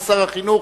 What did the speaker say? אדוני שר החינוך,